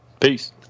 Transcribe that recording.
Peace